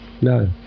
no